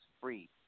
free